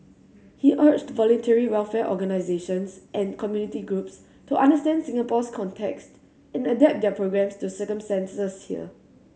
he urged voluntary welfare organisations and community groups to understand Singapore's context and adapt their programmes to circumstances here